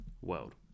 world